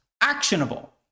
actionable